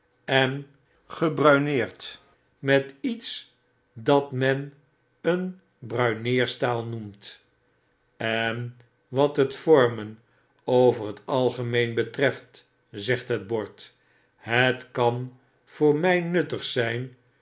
en gebruineerd met iets dat men een bruineerstaal noemt en wat het vormen over het algemeen betreft zegt het bord het kan voor my nuttig zfln